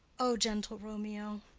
o gentle romeo,